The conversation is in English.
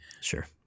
Sure